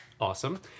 awesome